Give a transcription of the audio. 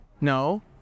No